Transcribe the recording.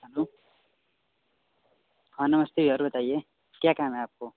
hello हाँ नमस्ते और बताइए क्या काम है आपको